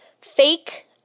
Fake